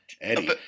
Eddie